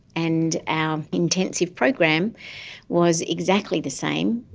and our intensive program was exactly the same,